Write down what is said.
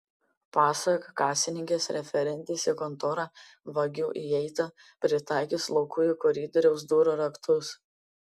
pasak kasininkės referentės į kontorą vagių įeita pritaikius laukujų koridoriaus durų raktus